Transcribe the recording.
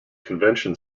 convention